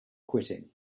quitting